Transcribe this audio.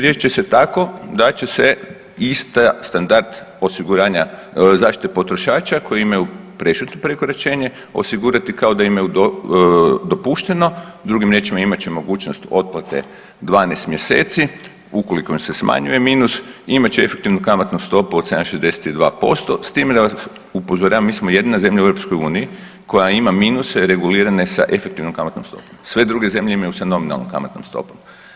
Riješit će se tako da će se isti standard osiguranja zaštite potrošača koji imaju prešutno prekoračenje osigurati kao da imaju dopušteno, drugim riječima imat će mogućnost otplate 12 mjeseci, ukoliko im se smanjuje minus imat će efektivnu kamatnu stopu od 7,62% s time da vas upozoravam, mi smo jedina zemlja u EU koja ima minuse regulirane s efektivnom kamatnom stopom, sve druge zemlje imaju sa nominalnom kamatnom stopom.